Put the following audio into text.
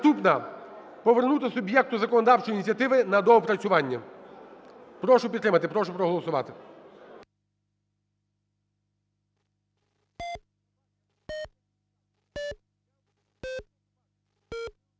Наступна – повернути суб'єкту законодавчої ініціативи на доопрацювання. Прошу підтримати, прошу проголосувати.